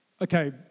Okay